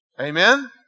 Amen